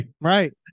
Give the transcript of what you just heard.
Right